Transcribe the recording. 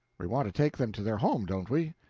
we want to take them to their home, don't we?